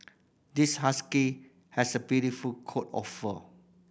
this husky has a beautiful coat of fur